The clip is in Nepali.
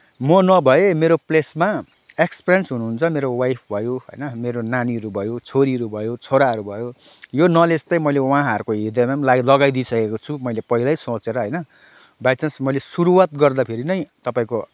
म नभए मेरो प्लेसमा एक्पिरियन्स हुनुहुन्छ मेरो वाइफ भयो होइन मेरो नानीहरू भयो छोरीहरू भयो छोराहरू भयो यो नलेज चाहिँ मैले उहाँहरूको हृदयमा पनि लगाइदिई सकेको छु मैले पहिल्यै सोचेर होइन बाइचान्स मैले सुरुआत गर्दाखेरि नै तपाईँको